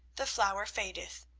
the flower fadeth,